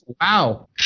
wow